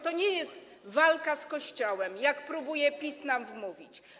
To nie jest walka z Kościołem, jak próbuje PiS nam wmówić.